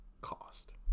cost